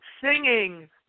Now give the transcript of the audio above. singing